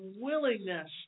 willingness